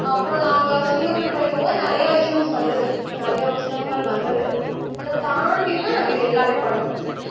அப்பறம் நாங்கள் finger print வைக்கும்போது நிறைய இசூஸ் வந்தது நிறைய சிரமங்கள் வந்தது அதை தாண்டியும் தான் நாங்கள் இது எல்லாமே பண்ணிணோம்